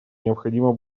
необходимо